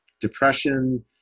depression